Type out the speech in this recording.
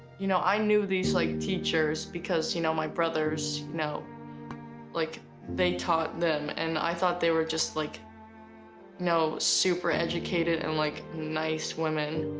you know, i knew these like teachers because you know, my brothers know like they taught them and i thought they were just, like super educated and like nice women,